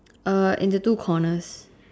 uh in the two corners